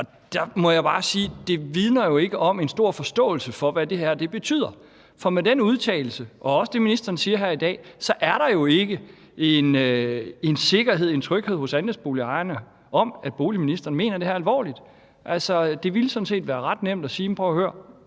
og der må jeg bare sige, at det jo ikke vidner om en stor forståelse for, hvad det her betyder. For med den udtalelse og også med det, ministeren siger her i dag, er der jo ikke en sikkerhed, en tryghed, hos andelsboligejerne for, at boligministeren mener det her alvorligt. Altså, det ville sådan set være ret nemt at sige: Prøv at høre,